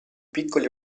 piccoli